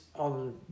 on